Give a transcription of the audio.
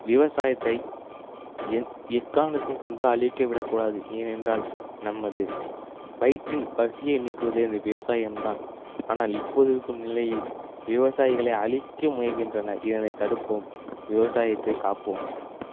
விவசாயத்தை எக் எக்காரணத்தை கொண்டும் அழிக்க விடக்கூடாது ஏனென்றால் நமது வயிற்றின் பசியை நீக்குவதே இந்த விவசாயம் தான் ஆனால் இப்போது இருக்கும் நிலையில் விவசாயிகளை அழிக்க முயல்கின்றனர் இதனை தடுப்போம் விவசாயத்தை காப்போம்